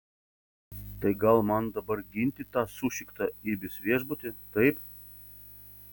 tai gal man dabar ginti tą sušiktą ibis viešbutį taip